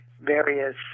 various